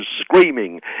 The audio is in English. screaming